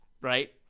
right